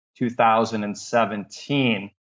2017